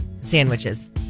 sandwiches